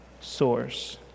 source